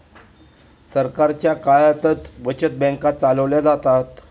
सरकारच्या काळातच बचत बँका चालवल्या जातात